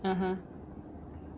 (uh huh)